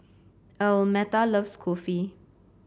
Almeta loves Kulfi